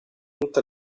tutta